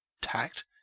Tact